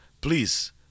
please